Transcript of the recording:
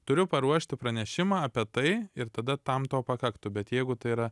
turiu paruošti pranešimą apie tai ir tada tam to pakaktų bet jeigu tai yra